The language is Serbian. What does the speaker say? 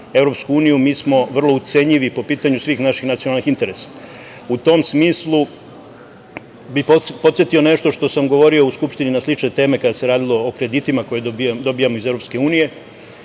vezano za EU, mi smo vrlo ucenjivi i po pitanju svih naših nacionalnih interesa.U tom smislu bih podsetio na nešto što sam govorio u Skupštini na slične teme kada se radilo o kreditima koje dobijamo iz EU, da je